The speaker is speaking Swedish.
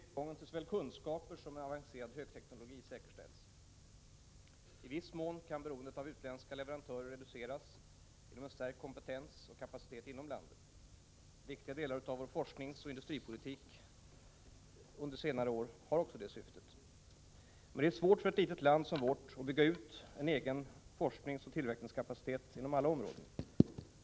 Herr talman! En förutsättning för att Sverige skall kunna behålla sin ställning som en tekniskt högtstående industrination är att tillgången till såväl kunskaper som en avancerad högteknologi säkerställs. I viss mån kan beroendet av utländska leverantörer reduceras genom en stärkt kompetens och kapacitet inom landet. Viktiga delar av vår forskningsoch industripolitik under senare år har också haft detta syfte. Det är dock svårt för ett litet land som vårt att bygga ut en egen forskningsoch tillverkningskapacitet inom alla områden.